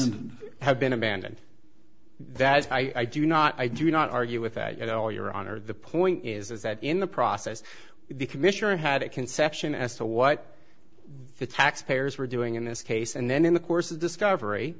and have been abandoned that i do not i do not argue with that at all your honor the point is that in the process the commissioner had a conception as to what the taxpayers were doing in this case and then in the course of discovery